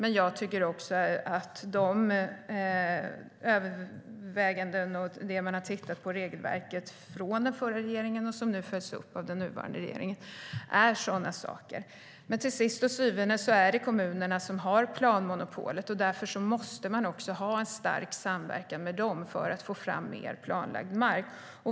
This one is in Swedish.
En annan är de överväganden och den översyn av regelverket som den förra regeringen gjorde och som nu följs upp av den nuvarande regeringen. Men till syvende och sist är det kommunerna som har planmonopolet. Därför måste man också ha en stark samverkan med dem för att få fram mer planlagd mark.